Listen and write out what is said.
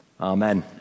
Amen